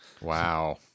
Wow